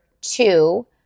two